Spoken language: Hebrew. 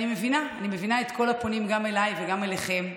אני מבינה את כל הפונים גם אליי וגם אליכם.